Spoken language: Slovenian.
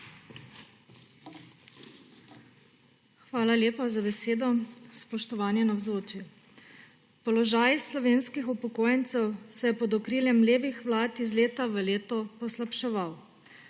Hvala lepa za besedo. Spoštovani navzoči! Položaj slovenskih upokojencev se je pod okriljem levih vlad iz leta v leto poslabševal.